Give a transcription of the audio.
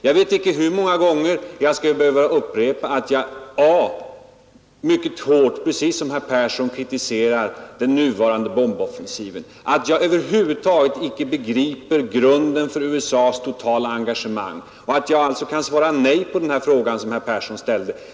Jag vet inte hur många gånger jag skall behöva upprepa att jag, precis som herr Persson, mycket hårt kritiserar den nuvarande bomboffensiven, att jag över huvud taget inte begriper grunden för USA:s totala engagemang och att jag alltså kan svara nej på frågan som herr Persson ställde.